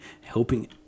helping